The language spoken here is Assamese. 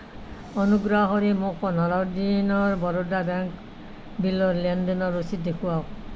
অনুগ্ৰহ কৰি মোক পোন্ধৰ দিনৰ বৰোদা বেংক বিলৰ লেনদেনৰ ৰচিদ দেখুৱাওক